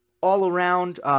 all-around